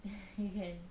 you can